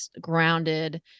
grounded